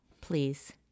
Please